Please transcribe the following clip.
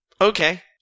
Okay